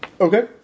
Okay